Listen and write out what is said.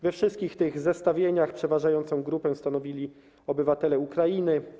We wszystkich tych zestawieniach przeważającą grupę stanowili obywatele Ukrainy.